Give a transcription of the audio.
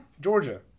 georgia